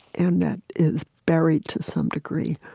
and that is buried to some degree,